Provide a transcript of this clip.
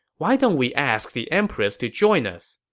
why don't we ask the empress to join us?